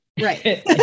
Right